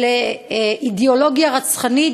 של אידיאולוגיה רצחנית,